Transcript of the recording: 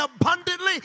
abundantly